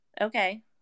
Okay